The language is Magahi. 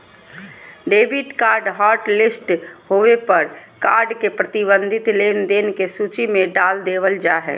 डेबिट कार्ड हॉटलिस्ट होबे पर कार्ड के प्रतिबंधित लेनदेन के सूची में डाल देबल जा हय